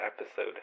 episode